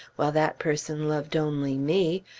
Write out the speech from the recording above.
while that person loved only me,